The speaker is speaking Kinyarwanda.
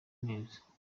neza